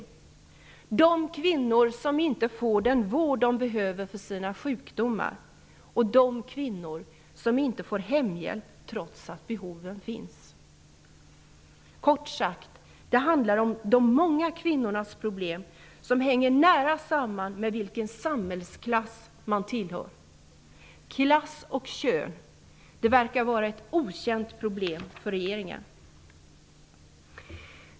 Det handlar om de kvinnor som inte får den vård de behöver för sina sjukdomar och om de kvinnor som inte får någon hemhjälp trots att behoven finns. Kort sagt: det handlar om de många kvinnornas problem som hänger nära samman med vilken samhällsklass de tillhör. Klass och kön verkar vara ett okänt problem för regeringen.